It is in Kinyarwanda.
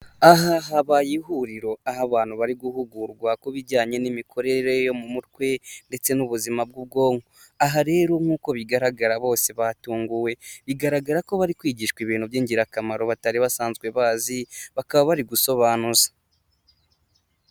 Aha habaye ihuriro aho abantu bari guhugurwa ku bijyanye n'imikorere yo mu mutwe ndetse n'ubuzima bw'ubwonko, aha rero nk'uko bigaragara bose batunguwe, bigaragara ko bari kwigishwa ibintu by'ingirakamaro batari basanzwe bazi bakaba bari gusobanuza.